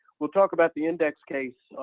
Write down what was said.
we'll talk about the index case,